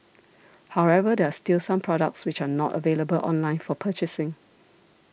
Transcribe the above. however there are still some products which are not available online for purchasing